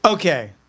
Okay